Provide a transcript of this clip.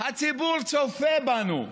הציבור צופה בנו,